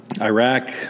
Iraq